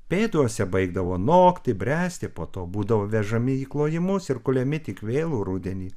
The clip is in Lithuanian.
pėduose baigdavo nokti bręsti po to būdavo vežami į klojimus ir kuliami tik vėlų rudenį